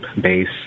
base